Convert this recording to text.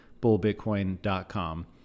bullbitcoin.com